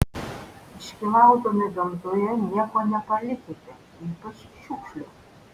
iškylaudami gamtoje nieko nepalikite ypač šiukšlių